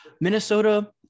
Minnesota